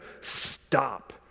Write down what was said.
stop